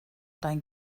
dein